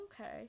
okay